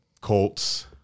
Colts